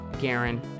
Garen